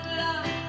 love